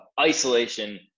Isolation